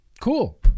cool